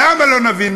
למה לא נבין?